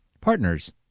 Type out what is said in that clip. Partners